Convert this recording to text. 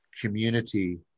community